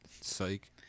Psych